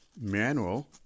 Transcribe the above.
manual